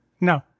No